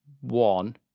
one